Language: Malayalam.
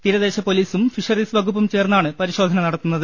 തീരദേശ പൊലീസും ഫിഷറീസ് വകുപ്പും ചേർന്നാണ് പരിശോധന നടത്തുന്നത്